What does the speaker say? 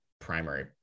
primary